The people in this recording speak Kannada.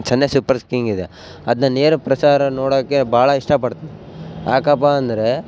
ಚೆನ್ನೈ ಸೂಪರ್ಸ್ ಕಿಂಗ್ ಇದೆ ಅದ್ನ ನೇರ ಪ್ರಸಾರ ನೋಡೋಕೆ ಭಾಳ ಇಷ್ಟಪಡ್ತಿನಿ ಯಾಕಪ್ಪ ಅಂದರೆ